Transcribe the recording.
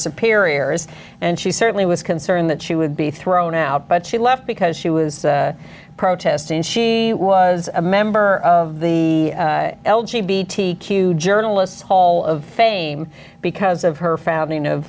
superiors and she certainly was concerned that she would be thrown out but she left because she was protesting she was a member of the l g b t q journalists hall of fame because of her founding of